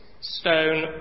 stone